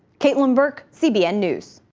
katelyn bark cbn news.